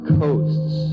coasts